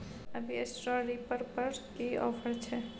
अभी straw reaper पर की ऑफर छै?